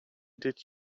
did